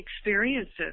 experiences